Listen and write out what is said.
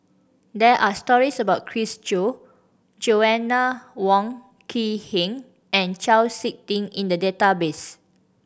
there are stories about Chris Jo Joanna Wong Quee Heng and Chau Sik Ting in the database